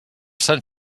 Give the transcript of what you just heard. sant